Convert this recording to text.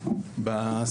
הכנסת.